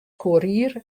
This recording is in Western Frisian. courier